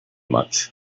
much